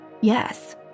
Yes